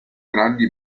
grandi